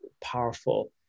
powerful